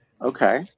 Okay